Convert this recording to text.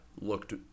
looked